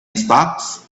stocks